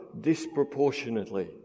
disproportionately